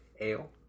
Ale